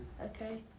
Okay